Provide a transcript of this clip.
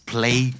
Play